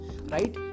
right